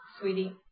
sweetie